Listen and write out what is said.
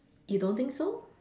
you don't think so